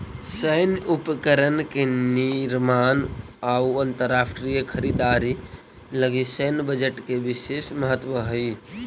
सैन्य उपकरण के निर्माण अउ अंतरराष्ट्रीय खरीदारी लगी सैन्य बजट के विशेष महत्व हई